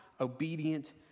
obedient